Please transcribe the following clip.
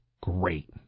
Great